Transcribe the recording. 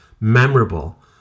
memorable